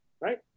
right